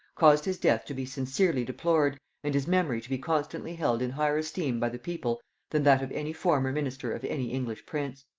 caused his death to be sincerely deplored and his memory to be constantly held in higher esteem by the people than that of any former minister of any english prince.